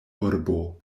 urbo